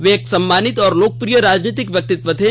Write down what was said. ये एक सम्मानित और लोकप्रिय राजनीतिक व्यक्ति थे